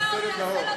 כן או לא?